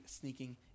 sneaking